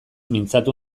mintzatu